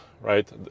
right